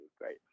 great